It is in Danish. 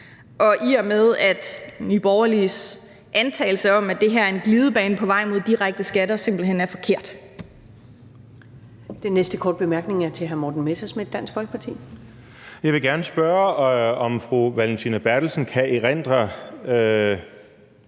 og i og med at Nye Borgerliges antagelse om, at det her er en glidebane på vej mod direkte skatter, simpelt hen er forkert.